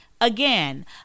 Again